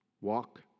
walk